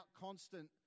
constant